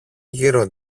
γύρω